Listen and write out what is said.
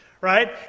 right